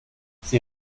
sie